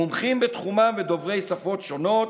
מומחים בתחומם ודוברי שפות שונות,